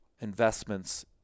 investments